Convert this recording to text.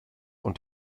und